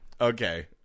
Okay